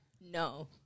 No